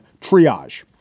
triage